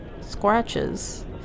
scratches